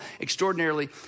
extraordinarily